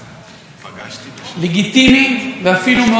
רק יש כמה דברים שמאוד מטרידים אותי בנושא הזה.